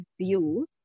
view